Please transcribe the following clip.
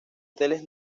hoteles